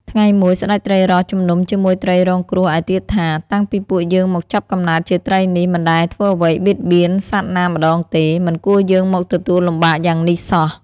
ថ្ងៃមួយ ស្ដេចត្រីរ៉ស់ជំនុំជាមួយត្រីរងគ្រោះឯទៀតថា៖ «តាំងពីពួកយើងមកចាប់កំណើតជាត្រីនេះ មិនដែលធ្វើអ្វីបៀតបៀនសត្វណាម្ដងទេ មិនគួរយើងមកទទួលលំបាកយ៉ាងនេះសោះ»។